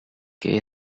que